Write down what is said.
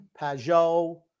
Pajot